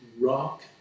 rock